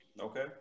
okay